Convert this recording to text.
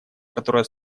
которая